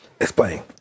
Explain